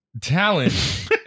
talent